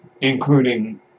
including